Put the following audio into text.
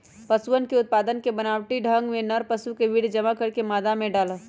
पशुअन के उत्पादन के बनावटी ढंग में नर पशु के वीर्य जमा करके मादा सब में डाल्ल